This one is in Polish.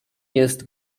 jest